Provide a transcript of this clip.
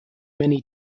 many